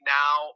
now